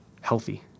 healthy